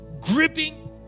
gripping